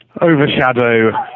overshadow